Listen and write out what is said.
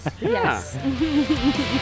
yes